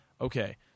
Okay